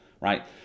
right